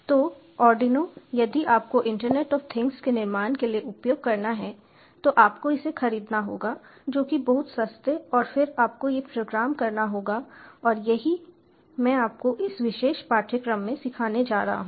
तो आर्डिनो यदि आपको इंटरनेट ऑफ थिंग्स के निर्माण के लिए उपयोग करना है तो आपको इसे खरीदना होगा जो कि बहुत सस्ते हैं और फिर आपको ये प्रोग्राम करना होगा और यही मैं आपको इस विशेष पाठ्यक्रम में सिखाने जा रहा हूं